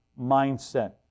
mindset